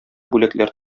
бүләкләр